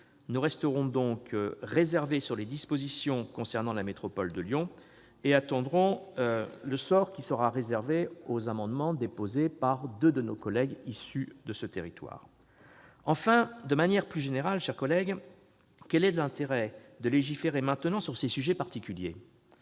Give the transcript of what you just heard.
Nous resterons donc prudents sur les dispositions concernant la métropole de Lyon et attendrons de connaître le sort qui sera réservé aux amendements déposés par deux de nos collègues issus de ce territoire. Enfin, de manière plus générale, chers collègues, quel est l'intérêt de légiférer maintenant sur ces sujets particuliers ?